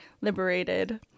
liberated